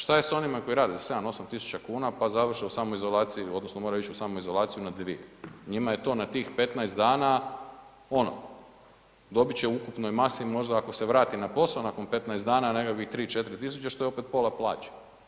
Šta je sa onima koji rade za 7-8.000 kuna pa završe u samoizolaciji odnosno moraju ići u samoizolaciju na 2.000, njima je to na tih 15 dana ono, dobit će u ukupnoj masi možda ako se vrati na posao nakon 15 dana nekakvih 3.-4.000 što je opet pola plaće.